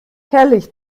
herrlich